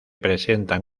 presentan